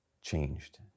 changed